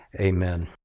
Amen